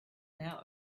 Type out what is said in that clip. now